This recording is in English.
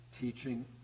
teaching